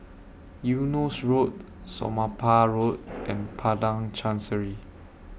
Eunos Road Somapah Road and Padang Chancery